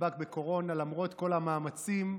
נדבק בקורונה, למרות כל המאמצים,